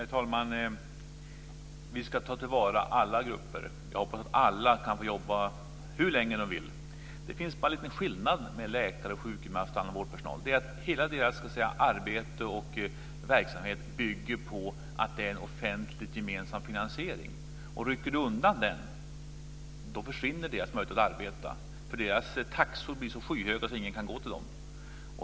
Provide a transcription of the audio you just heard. Herr talman! Vi ska ta till vara alla grupper. Jag hoppas att alla kan få jobba hur de länge de vill. Det finns bara en liten skillnad med läkare, sjukgymnaster och annan vårdpersonal. Deras arbete och verksamhet bygger på att det är en offentlig gemensam finansiering. Rycker man undan den försvinner deras möjligheter att arbeta, för deras taxor blir så höga att ingen kan gå till dem.